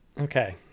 okay